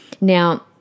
Now